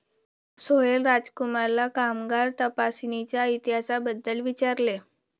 सोहेल राजकुमारला कामगार तपासणीच्या इतिहासाबद्दल विचारले